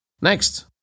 Next